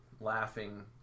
laughing